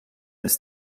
ist